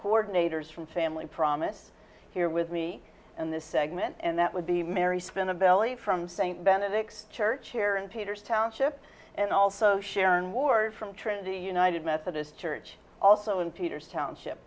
coordinators from family promise here with me in this segment and that would be mary spend a belly from st benedict's church air and painters township and also sharon ward from trinity united methodist church also in peters township